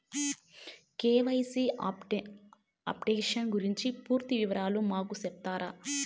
KYC updation గురించి పూర్తి వివరాలు మాకు సెప్తారా?